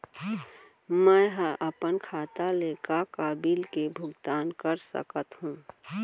मैं ह अपन खाता ले का का बिल के भुगतान कर सकत हो